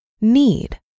Need